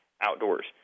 outdoors